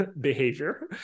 behavior